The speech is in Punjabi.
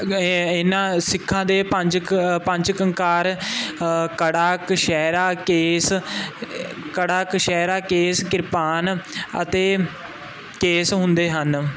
ਇਹਨਾਂ ਸਿੱਖਾਂ ਦੇ ਪੰਜ ਪੰਜ ਕੰਕਾਰ ਕੜਾ ਕਛਹਿਰਾ ਕੇਸ ਕੜਾ ਕਛਹਿਰਾ ਕੇਸ ਕਿਰਪਾਨ ਅਤੇ ਕੇਸ ਹੁੰਦੇ ਹਨ